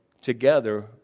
together